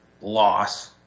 loss